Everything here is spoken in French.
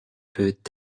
peut